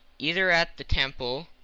either at the temple,